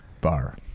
bar